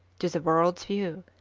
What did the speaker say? to the world's view,